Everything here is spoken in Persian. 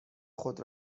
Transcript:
خود